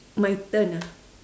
my turn ah